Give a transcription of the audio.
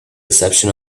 reception